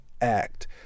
act